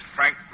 Frank